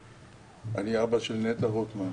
אני אבא של נטע רוטמן.